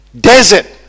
desert